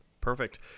Perfect